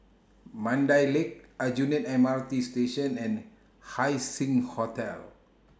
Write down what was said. Mandai Lake Aljunied M R T Station and Haising Hotel